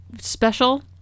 special